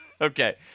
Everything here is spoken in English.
Okay